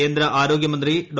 കേന്ദ്ര ആരോഗ്യമന്ത്രി ഡോ